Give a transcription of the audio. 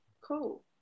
Cool